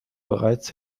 bereits